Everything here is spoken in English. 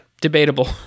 Debatable